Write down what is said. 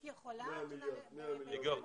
אביטבול, בעלת